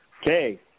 Okay